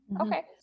Okay